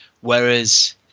whereas